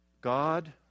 God